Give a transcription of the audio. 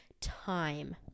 time